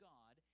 God